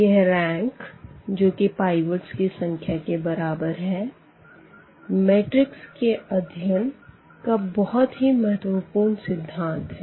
यह रैंक जो कि पाइवटस की संख्या के बराबर है मैट्रिक्स के अध्ययन का बहुत ही महत्वपूर्ण सिद्धांत है